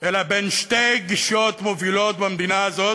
אלא בין שתי גישות מובילות במדינה הזאת,